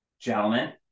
gentlemen